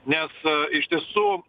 nes iš tiesų